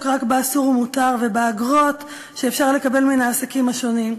רק באסור ומותר ובאגרות שאפשר לקבל מן העסקים השונים,